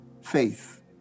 faith